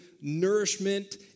nourishment